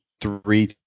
three